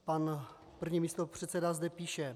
Pan první místopředseda zde píše: